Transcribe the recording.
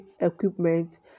equipment